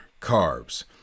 carbs